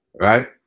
right